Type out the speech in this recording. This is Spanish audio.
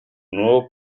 nuevo